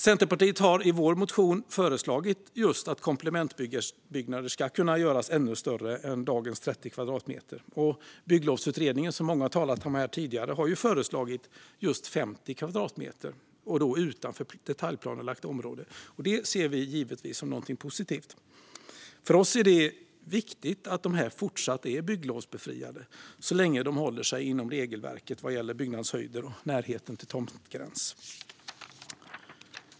Centerpartiet har i vår motion föreslagit just att komplementbyggnader ska kunna göras ännu större än dagens 30 kvadratmeter, och Bygglovsutredningen, som många har talat om här, har föreslagit just 50 kvadratmeter utanför detaljplanelagt område. Det ser vi givetvis som någonting positivt. För oss är det viktigt att dessa fortsatt är bygglovsbefriade så länge de håller sig inom regelverket vad gäller byggandshöjder och närheten till tomtgräns.